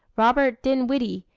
robert dinwiddie,